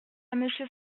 monsieur